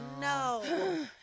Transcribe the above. no